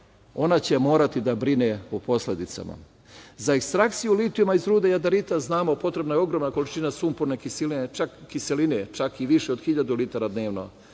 Ona će morati da brine o posledicama. Za ekstrakciju litijuma iz ruda jadarita znamo, potrebna je ogromna količina sumporne kiseline, čak i više od 1.000 litara dnevno.